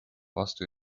vastu